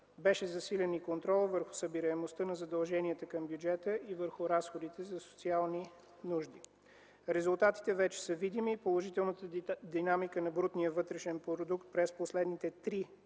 Беше засилен и контролът върху събираемостта на задълженията към бюджета и върху разходите за социални нужди. Резултатите вече са видими. Положителната динамика на брутния вътрешен продукт през последните три